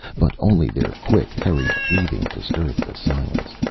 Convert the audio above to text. but only their quick, hurried breathing disturbed the silence.